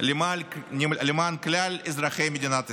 למען כלל אזרחי מדינת ישראל.